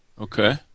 Okay